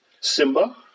Simba